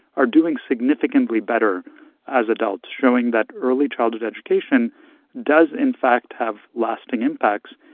are doing significantly better as adults, showing that early childhood education does, in fact, have lasting impacts,